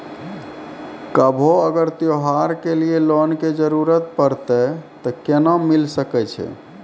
कभो अगर त्योहार के लिए लोन के जरूरत परतै तऽ केना मिल सकै छै?